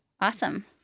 Awesome